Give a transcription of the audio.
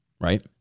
Right